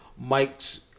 Mike's